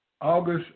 August